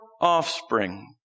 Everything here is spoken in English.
offspring